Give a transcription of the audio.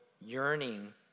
yearning